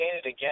again